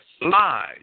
lies